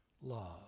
love